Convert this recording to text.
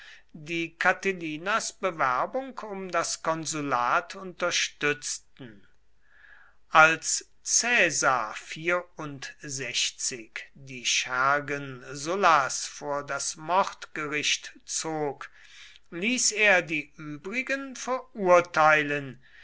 die catilinas bewerbung um das konsulat unterstützten als caesar die schergen sullas vor das mordgericht zog ließ er die übrigen verurteilen